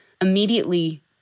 immediately